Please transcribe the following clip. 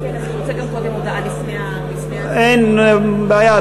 אין בעיה.